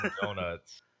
donuts